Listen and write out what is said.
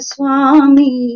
Swami